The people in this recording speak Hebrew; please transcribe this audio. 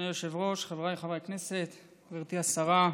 אדוני היושב-ראש, חבריי חברי הכנסת, גברתי השרה,